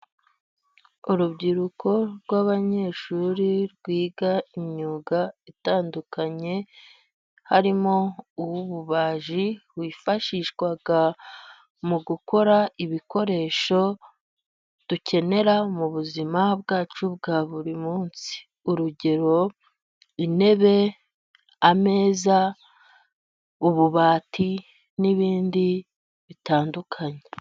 Urubyiruko rw'abanyeshuri rwiga imyuga itandukanye, harimo:uw'ububaji, wifashishwa mu gukora ibikoresho dukenera mu buzima bwacu bwa buri munsi. Urugero: intebe, ameza, utubati, n'ibindi bitandukanye.